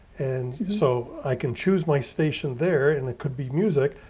and so i can choose my station there and it could be music,